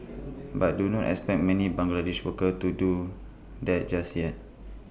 but do not expect many Bangladeshi workers to do that just yet